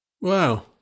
Wow